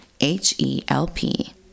h-e-l-p